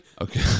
Okay